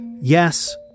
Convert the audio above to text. yes